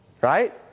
right